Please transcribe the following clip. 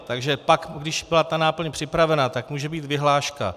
Takže pak, když byla ta náplň připravena, tak může být vyhláška.